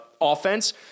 offense